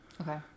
Okay